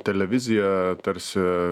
televizija tarsi